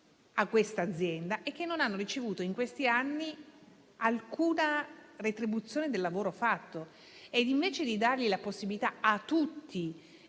a questa azienda e che non hanno ricevuto in questi anni alcuna retribuzione del lavoro fatto. Invece di dare la possibilità a tutti